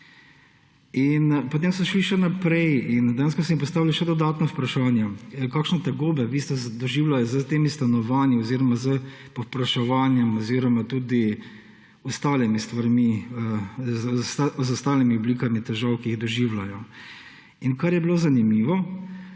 Potem so šli še naprej in dejansko se je postavilo še dodatna vprašanja, kakšne tegobe vi ste doživljali s temi stanovanji oziroma s povpraševanjem oziroma tudi ostalimi stvarmi, z ostalimi oblikami težav, ki jih doživljajo. In kar je bilo zanimivo,